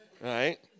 right